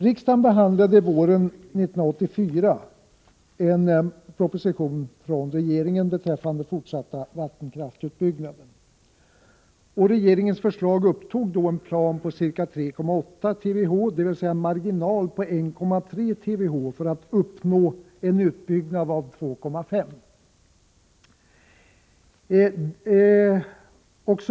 Riksdagen behandlade våren 1984 en proposition om fortsatt vattenkraftsutbyggnad. Regeringens förslag innehöll en plan på ca 3,8 TWh, dvs. man hade en marginal på 1,3 TWh för att uppnå en utbyggnad med 2,5 TWh.